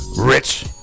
rich